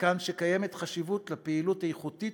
ומכאן שקיימת חשיבות לפעילות איכותית